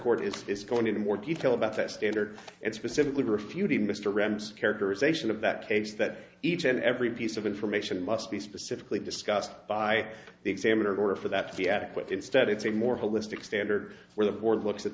court is going into more detail about that standard and specifically refuting mr remsen characterization of that case that each and every piece of information must be specifically discussed by the examiner in order for that to be adequate instead of a more holistic standard where the board looks at